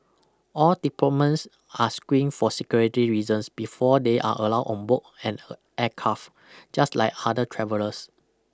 all diplomens are screened for security reasons before they are allowed on boat and a aircraft just like other travellers